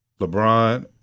LeBron